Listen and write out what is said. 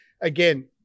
again